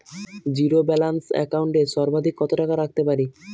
Zero balance account এ সর্বাধিক কত টাকা রাখতে পারি?